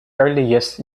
earliest